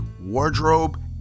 wardrobe